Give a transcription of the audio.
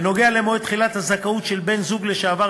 בנוגע למועד תחילת הזכאות של בן-זוג לשעבר